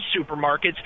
supermarkets